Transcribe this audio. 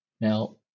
Now